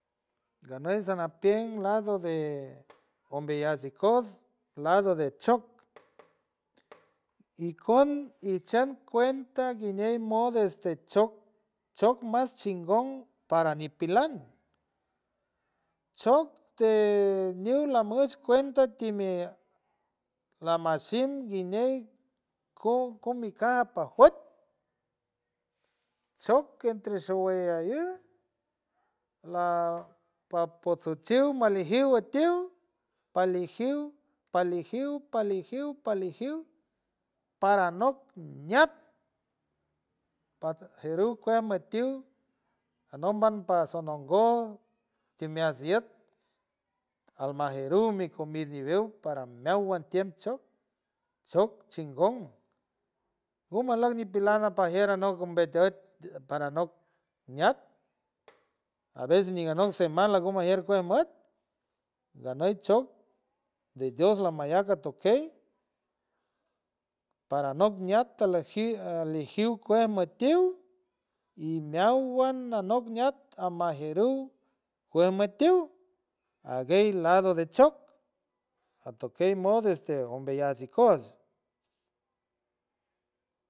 Ganey sanapien lado de ombiaya ikots lado de shock ikon ichon cuenta guiñe modo este shock, shock mas chingón para napilan, shock te niu lamush cuenta temi a lamashing guiñey co comi caja pajuot shock entre chaweiau la papotshiiu maleji atiul, palejiu, palejiu, palejiu, palejiu para not ñat, pat jeru cuat mitiu anompa sanangó timiasiet almajeru mi cu vi video para miahualt tiem shock, shock chingón gumalap napilana pagier anoc ombeteed para noc ñiat a vez ni aganot semana umagier cue muet ganoy shock de dios la mañana toquey para noc ñat ale alejiu cue matiw y ñahual anoc ñat almajeru, cuematiu aguey lado de shock atoquey modo este ombeaya ikoots.